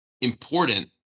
important